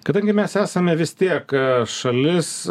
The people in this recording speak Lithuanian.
kadangi mes esame vis tiek šalis